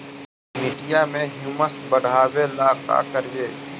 मिट्टियां में ह्यूमस बढ़ाबेला का करिए?